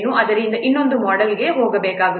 ಆದ್ದರಿಂದ ಇನ್ನೊಂದು ಮೊಡೆಲ್ಗೆ ಹೋಗಬೇಕಾಗಿದೆ